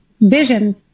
vision